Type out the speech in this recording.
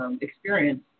Experience